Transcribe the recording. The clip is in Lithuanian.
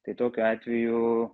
tai tokiu atveju